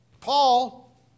Paul